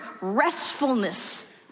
restfulness